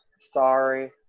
sorry